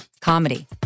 comedy